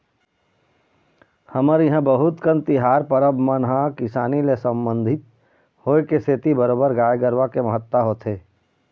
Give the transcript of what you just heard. हमर इहाँ बहुत कन तिहार परब मन ह किसानी ले संबंधित होय के सेती बरोबर गाय गरुवा के महत्ता होथे